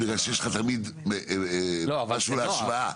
בגלל שיש לך תמיד משהו להשוואה.